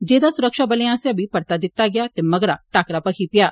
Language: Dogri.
जेह्दा सुरक्षाबलें आस्सेआ बी परता दित्ता गेआ ते मगरा टाकरा भखी पेआ